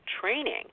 training